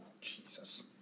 Jesus